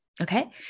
okay